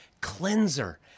cleanser